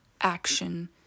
action